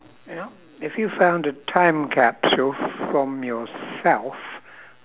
ya if you found a time capsule from yourself